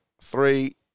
three